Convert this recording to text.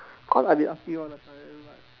because I've been asking all the time but